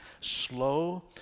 slow